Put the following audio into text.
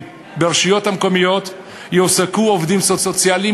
ברשויות המקומיות יועסקו עובדים סוציאליים,